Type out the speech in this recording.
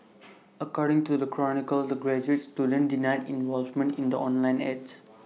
according to the chronicle the graduate student denied involvement in the online ads